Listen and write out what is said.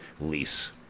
lease